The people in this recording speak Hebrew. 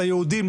ייעודיים,